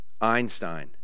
Einstein